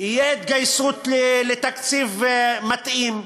תהיה התגייסות לתקציב מתאים,